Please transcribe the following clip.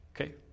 Okay